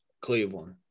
Cleveland